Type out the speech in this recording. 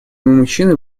мужчины